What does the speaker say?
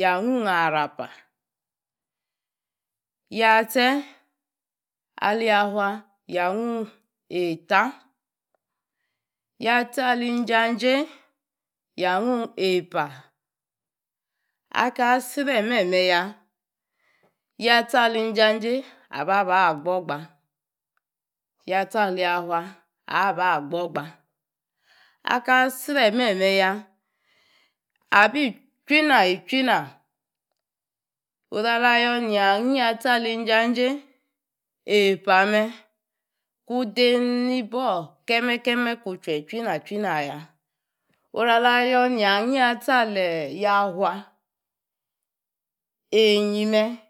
yaa gung arapa yatse ali yafua yaa angung eipa akaa sure meme ya abi itchui na itui na oru ala yoor ni ya yatse alinjajei eipa me ku nu dei ni boor keme keme kunu tsue tchui na tchui na ya oru a la yoor neyi ayoor yastse ali yafua eiyi me